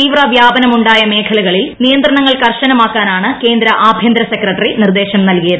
തീവ്രവ്യാപനമുണ്ടായ മേഖ്വല്ക്ളിൽ നിയന്ത്രണങ്ങൾ കർശനമാക്കാനാണ് കേന്ദ്ര ആഭൃന്തര സെക്രട്ടറി നിർദ്ദേശം നൽകിയത്